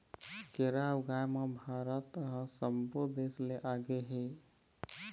केरा ऊगाए म भारत ह सब्बो देस ले आगे हे